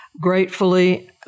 gratefully